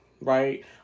Right